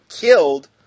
killed